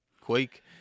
Quake